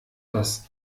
das